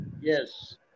Yes